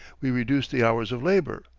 we reduced the hours of labor,